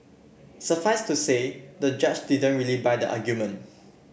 suffice to say the judge didn't really buy the argument